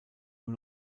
nur